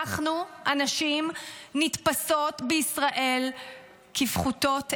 אנחנו, הנשים, נתפסות בישראל כפחותות ערך.